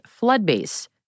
Floodbase